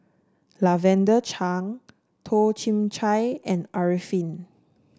Lavender Chang Toh Chin Chye and Arifin